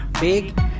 Big